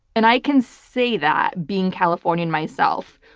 and i can say that being californian myself.